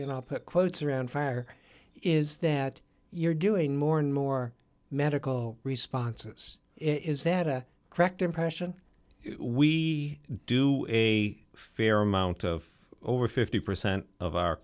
know put quotes around fire is that you're doing more and more medical responses is that a correct impression we do a fair amount of over fifty percent of our